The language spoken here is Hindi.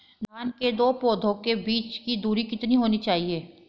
धान के दो पौधों के बीच की दूरी कितनी होनी चाहिए?